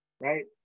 right